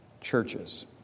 churches